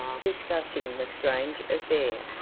discussing the strange affair.